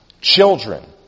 children